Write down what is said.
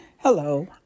Hello